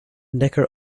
neckar